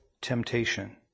temptation